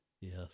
Yes